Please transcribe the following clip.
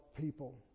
people